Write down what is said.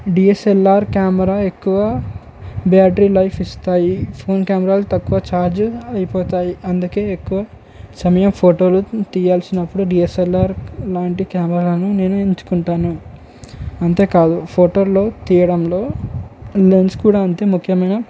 DSLR camera ఎక్కువ battery life ఇస్తాయి phone కెమెరాలు తక్కువ ఛార్జ్ అయిపోతాయి అందుకని ఎక్కువ సమయం ఫోటోలు తీయాల్సినప్పుడు డిఎస్ఎల్ఆర్ లాంటి కెమెరాలను నేను ఎంచుకుంటాను అంతే కాదు ఫోటోలు తీయడంలో లెన్స్ కూడా అంతే ముఖ్యమైన